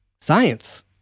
Science